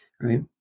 Right